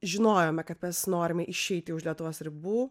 žinojome kad mes norime išeiti už lietuvos ribų